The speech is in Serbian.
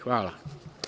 Hvala.